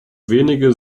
wenige